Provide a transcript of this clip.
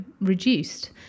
reduced